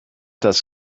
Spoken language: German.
das